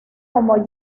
como